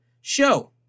show